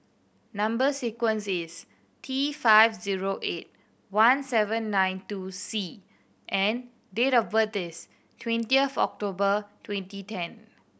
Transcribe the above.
number sequence is T five zero eight one seven nine two C and date of birth is twentieth October twenty ten